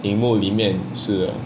银幕里面似的